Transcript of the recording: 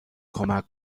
کمک